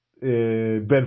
Ben